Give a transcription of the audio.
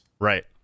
right